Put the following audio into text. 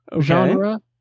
genre